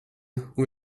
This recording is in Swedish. och